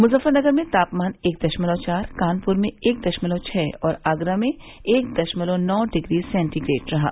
मुजफ्फरनगर में तापमान एक दशमलव चार कानप्र में एक दशमलव छह और आगरा में एक दशमलव नौ डिग्री सेंटीग्रेड रहा